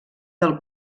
del